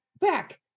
back